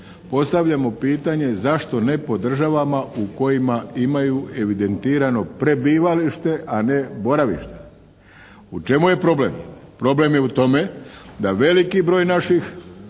Postavljamo pitanje za što ne po državama u kojima imaju evidentirano prebivalište, a ne boravište. U čemu je problem? Problem je u tome da veliki broj naših